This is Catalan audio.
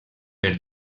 per